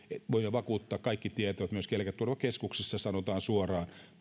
vakuuttaa että kaikki tietävät myöskin eläketurvakeskuksessa sanotaan suoraan